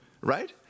right